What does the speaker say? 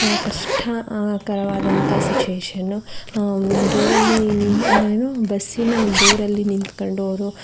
ಕಷ್ಟಕರವಾದಂಥ situation ಡೋರಲ್ಲಿ ನಿನ್ನ ಏನು ಬಸ್ಸಿನ ಡೋರಲ್ಲಿ ನಿನ್ತ್ಕೊಂಡು ಅವರು